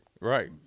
Right